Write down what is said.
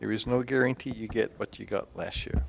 there is no guarantee you get what you got last year